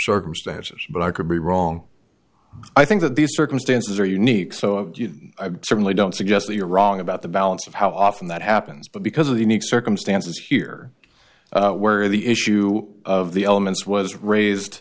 circumstances but i could be wrong i think that these circumstances are unique so i certainly don't suggest that you're wrong about the balance of how often that happens but because of the need circumstances here where the issue of the elements was